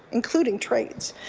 including trades.